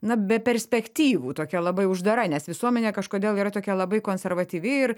na be perspektyvų tokia labai uždara nes visuomenė kažkodėl yra tokia labai konservatyvi ir